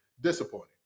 Disappointing